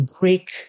break